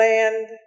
Land